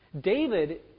David